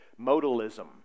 modalism